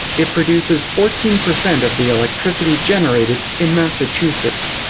it produces fourteen percent of the electricity generated in massachusetts.